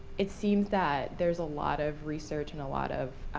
it seems that there's a lot of research, and a lot of